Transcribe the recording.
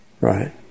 right